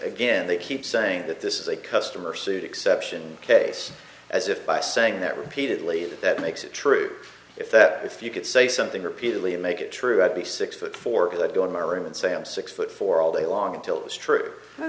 again they keep saying that this is a customer suit exception case as if by saying that repeatedly that that makes it true if that if you could say something repeatedly and make it true i'd be six foot four that go in my room and say i'm six foot four all day long until it was true